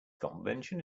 convention